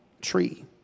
tree